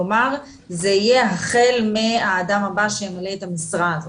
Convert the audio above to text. כלומר זה יהיה החל מהאדם הבא שממלא את המשרה.